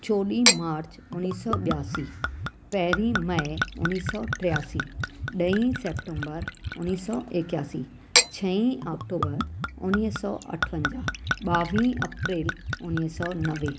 चौॾहं मार्च उणिवीह सौ ॿियासी पहुरीं मई उणिवीह सौ टियासी ॾहीं सेप्टम्बर उणिवीह सौ एकासी छ्ह अक्टूबर उणिवीह सौ अठवंजा ॿावीह अप्रैल उणिवीह सौ नवे